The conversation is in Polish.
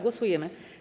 Głosujemy.